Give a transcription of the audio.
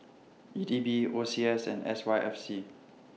E D B O C S and S Y F C